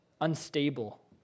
Unstable